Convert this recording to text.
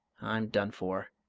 i'm done for!